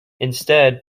instead